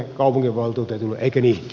eikö niin